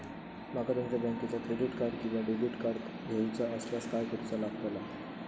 माका तुमच्या बँकेचा क्रेडिट कार्ड किंवा डेबिट कार्ड घेऊचा असल्यास काय करूचा लागताला?